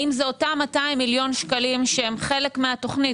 האם זה אותם 200 מיליון שקלים שהם חלק מהתוכנית?